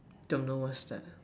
don't know what's that